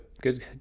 Good